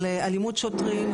על אלימות שוטרים,